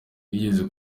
yigeze